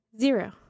zero